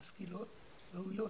משכילות וראויות.